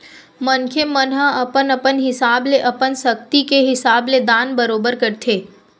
मनखे मन ह अपन अपन हिसाब ले अपन सक्ति के हिसाब ले दान बरोबर करथे